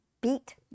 beat